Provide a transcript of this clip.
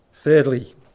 Thirdly